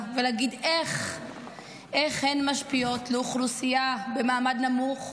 ולהגיד איך הן משפיעות על אוכלוסייה במעמד נמוך